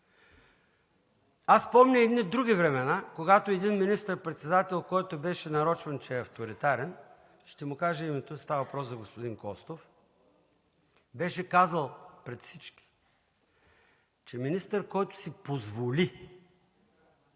е? Помня едни други времена, когато един министър-председател, който беше нарочен, че е авторитарен – става въпрос за господин Костов – беше казал пред всички, че министър, който си позволи